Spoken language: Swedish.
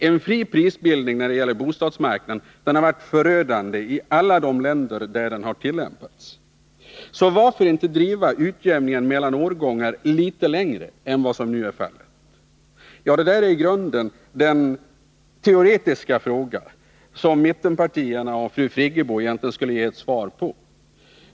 En fri prisbildning när det gäller bostadsmarknaden har varit förödande i alla de länder där den har tillämpats. Så varför inte driva utjämningen mellan årgångar litet längre än vad som nu är fallet? Ja, det är i grunden den teoretiska fråga som mittenpartierna och fru Friggebo egentligen borde ge ett svar på.